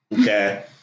Okay